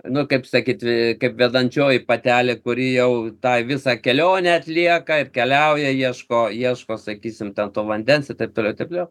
nu kaip sakyt kaip vedančioji patelė kuri jau tą visą kelionę atlieka ir keliauja ieško ieško sakysim ten to vandens ir taip toliau ir taip toliau